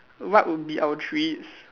what would be our treats